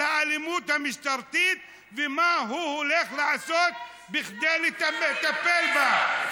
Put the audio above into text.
על האלימות המשטרתית ומה הוא הולך לעשות כדי לטפל בה.